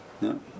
no